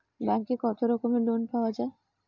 ব্যাঙ্কে কত রকমের লোন পাওয়া য়ায়?